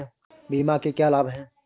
बीमा के क्या लाभ हैं?